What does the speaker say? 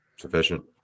Sufficient